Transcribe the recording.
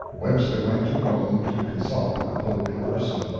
webster went to rome to consult with the pope in person,